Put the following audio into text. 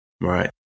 Right